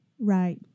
Right